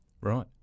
Right